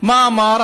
מה אמר?